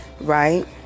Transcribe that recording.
right